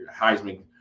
heisman